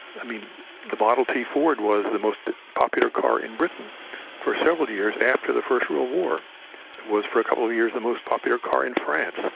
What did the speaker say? i mean the model-t ford was the most popular car in britain for several years after the first world war. it was for a couple of years the most popular car in france,